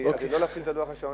לא להפעיל את לוח השעונים?